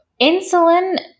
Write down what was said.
insulin